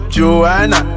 Joanna